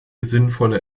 sinnvolle